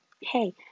Hey